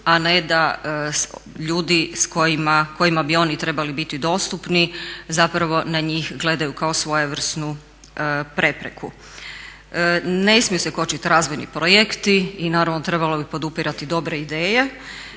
a ne da ljudi kojima bi oni trebali biti dostupni zapravo na njih gledaju kao svojevrsnu prepreku. Ne smiju se kočiti razvojni projekti i naravno trebalo bi podupirati dobre ideje.